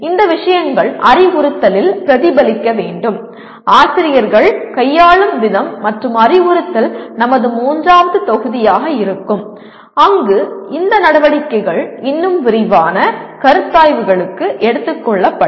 இந்த விஷயங்கள் அறிவுறுத்தலில் பிரதிபலிக்க வேண்டும் ஆசிரியர்கள் கையாளும் விதம் மற்றும் அறிவுறுத்தல் நமது மூன்றாவது தொகுதியாக இருக்கும் அங்கு இந்த நடவடிக்கைகள் இன்னும் விரிவான கருத்தாய்வுகளுக்கு எடுத்துக் கொள்ளப்படும்